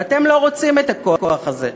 ואתם לא רוצים את הכוח הזה.